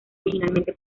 originalmente